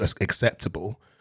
acceptable